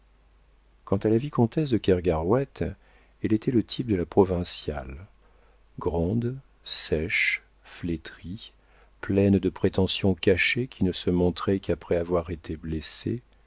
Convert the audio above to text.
quant à la vicomtesse de kergarouët elle était le type de la provinciale grande sèche flétrie pleine de prétentions cachées qui ne se montraient qu'après avoir été blessées